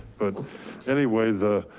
but anyway, the